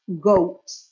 goat